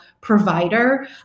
provider